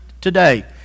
today